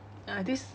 ah this